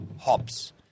hops